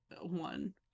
one